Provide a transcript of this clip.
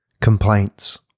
complaints